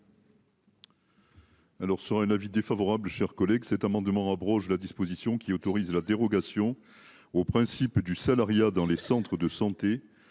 Alors sur un avis défavorable chers collègues cet amendement abroge la disposition qui autorise la dérogation au principe du salariat dans les centres de santé.